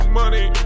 money